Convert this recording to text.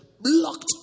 blocked